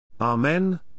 Amen